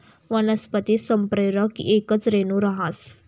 वनस्पती संप्रेरक येकच रेणू रहास